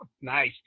Nice